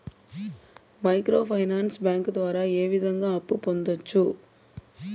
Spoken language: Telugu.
మైక్రో ఫైనాన్స్ బ్యాంకు ద్వారా ఏ విధంగా అప్పు పొందొచ్చు